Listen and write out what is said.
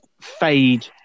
fade